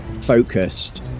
focused